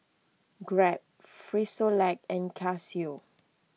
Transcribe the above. Grab Frisolac and Casio